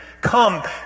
Come